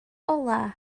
olau